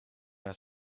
naar